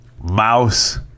mouse